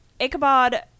Ichabod